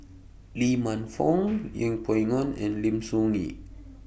Lee Man Fong Yeng Pway Ngon and Lim Soo Ngee